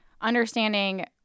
understanding